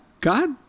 God